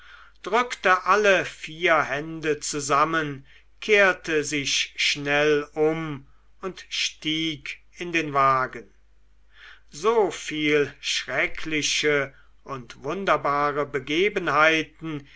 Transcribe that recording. drückte alle vier hände zusammen kehrte sich schnell um und stieg in den wagen so viel schreckliche und wunderbare begebenheiten